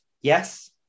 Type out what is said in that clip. Yes